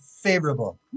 favorable